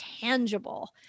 tangible